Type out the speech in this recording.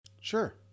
Sure